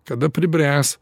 kada pribręs